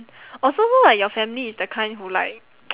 orh so so like your family is the kind who like